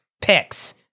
picks